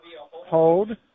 Hold